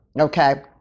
okay